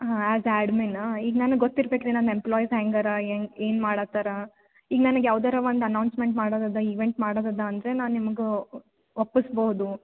ಹಾಂ ಅದು ಆಡ್ಮಿನ್ನು ಈಗ ನನಗೆ ಗೊತ್ತಿರ್ಬೇಕು ರೀ ನನ್ನ ಎಂಪ್ಲಾಯ್ಸ್ ಹೆಂಗೆ ಅರ ಹೆಂಗೆ ಏನು ಮಾಡುತ್ತಾರೆ ಈಗ ನನ್ಗೆ ಯಾವ್ದಾರೂ ಒಂದು ಅನೌನ್ಸ್ಮೆಂಟ್ ಮಾಡೋದಿದೆ ಈವೆಂಟ್ ಮಾಡೋದಿದೆ ಅಂದರೆ ನಾನು ನಿಮಗೆ ಒಪ್ಪಿಸ್ಬೌದು